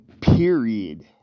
period